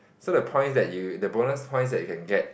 so the point that you the bonus points that you can get